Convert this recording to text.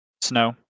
snow